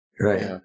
Right